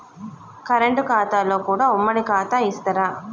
Current ఖాతాలో కూడా ఉమ్మడి ఖాతా ఇత్తరా?